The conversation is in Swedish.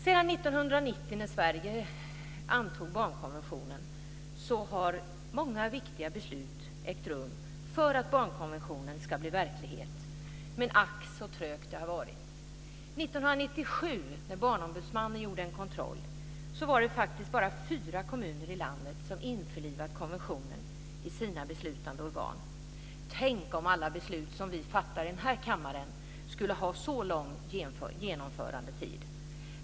Sedan 1990, när Sverige antog barnkonventionen, har många viktiga beslut fattats för att konventionen ska bli verklighet. Men ack, så trögt det har varit! 1997, när Barnombudsmannen gjorde en kontroll, var det faktiskt bara fyra kommuner i landet som införlivat konventionen i sina beslutande organ. Tänk om alla beslut som vi fattar i den här kammaren skulle ha så lång genomförandetid!